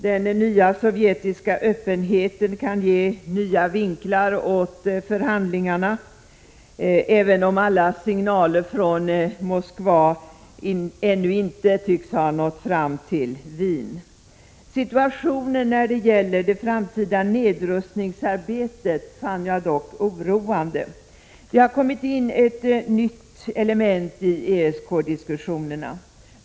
Den nya sovjetiska öppenheten kan ge möjlighet till nya vinklingar i förhandlingarna, även om alla signaler från Moskva ännu inte tycks ha nått fram till Wien. Jag fann dock situationen när det gäller det framtida nedrustningsarbetet oroande. Det har kommit in ett nytt element i diskussionerna.